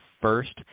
first